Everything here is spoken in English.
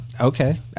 Okay